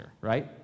right